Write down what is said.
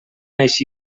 així